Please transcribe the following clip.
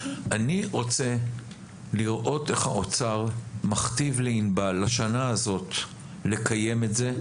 אני רוצה לראות איך האוצר מכתיב לענבל השנה הזאת לקיים את זה,